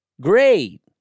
Great